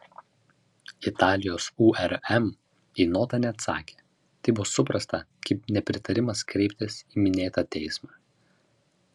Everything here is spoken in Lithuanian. italijos urm į notą neatsakė tai buvo suprasta kaip nepritarimas kreiptis į minėtą teismą